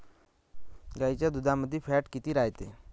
गाईच्या दुधामंदी फॅट किती रायते?